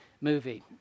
movie